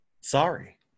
sorry